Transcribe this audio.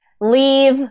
leave